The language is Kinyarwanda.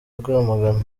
rwamagana